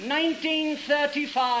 1935